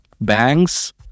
banks